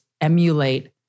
emulate